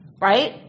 right